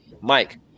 Mike